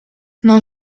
non